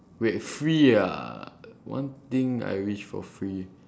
wait free ah one thing I wish for free